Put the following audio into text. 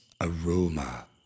aroma